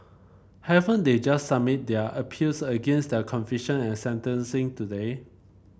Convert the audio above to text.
haven't they just submitted their appeals against their conviction and sentencing today